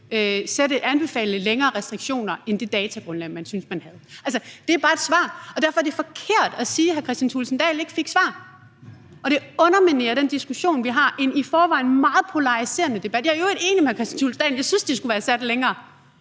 kunne anbefale længere restriktioner i forhold til det datagrundlag, man synes man havde. Det er et svar, og derfor er det forkert at sige, at hr. Kristian Thulesen Dahl ikke fik et svar, og det underminerer den diskussion, vi har – i en i forvejen meget polariseret debat. Jeg er i øvrigt enig med hr. Kristian Thulesen Dahl i, at de skulle være sat længere.